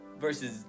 versus